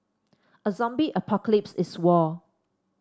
a zombie apocalypse is war